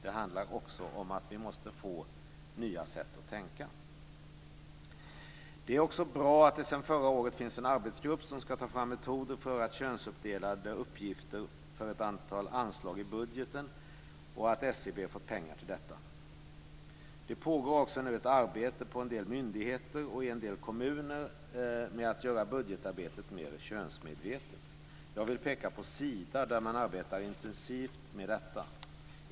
Det handlar också om att vi måste få nya sätt att tänka. Det är också bra att det sedan förra året finns en arbetsgrupp som ska ta fram metoder för att könsuppdela uppgifter för ett antal anslag i budgeten och att SCB fått pengar till detta. Det pågår också ett arbete på en del myndigheter och i en del kommuner med att göra budgetarbetet mer könsmedvetet. Jag vill peka på Sida, där man arbetar intensivt med detta.